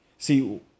See